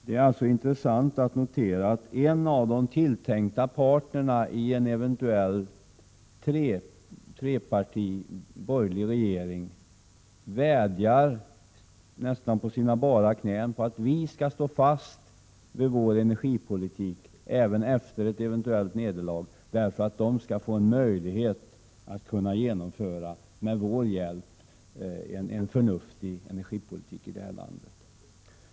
Det är intressant att notera att en företrädare för de tilltänkta partnerna i en eventuell borgerlig trepartiregering nästan vädjar på sina bara knän att vi socialdemokrater skall stå fast vid vår energipolitik, även efter ett eventuellt nederlag, för att man med vår hjälp skall kunna få möjlighet att genomföra en förnuftig energipolitik i det här landet.